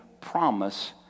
promise